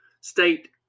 state